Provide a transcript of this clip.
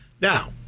Now